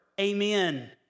Amen